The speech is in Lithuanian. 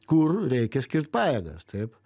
kur reikia skirt pajėgas taip